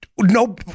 No